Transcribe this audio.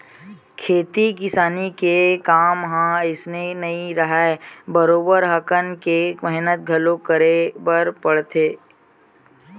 खेती किसानी के काम ह अइसने नइ राहय बरोबर हकन के मेहनत घलो करे बर परथे